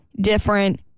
different